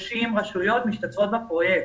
ל-230 רשויות משתתפים בפרויקט,